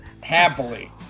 Happily